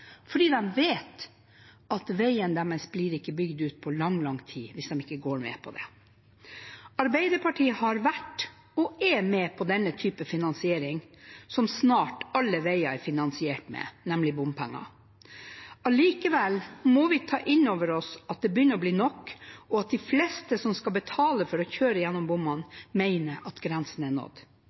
fordi de vet at veien deres ikke blir bygd ut på lang, lang tid hvis de ikke går med på det. Arbeiderpartiet har vært, og er, med på denne type finansiering, som snart alle veier er finansiert med, nemlig bompenger. Allikevel må vi ta inn over oss at det begynner å bli nok, og at de fleste som skal betale for å kjøre gjennom bommene, mener at grensen er nådd.